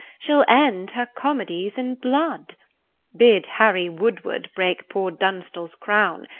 she'll end her comedies in blood bid harry woodward break poor dunstal's crown!